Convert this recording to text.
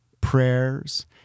prayers